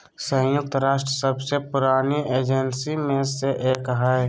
संयुक्त राष्ट्र सबसे पुरानी एजेंसी में से एक हइ